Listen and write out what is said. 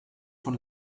von